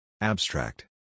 Abstract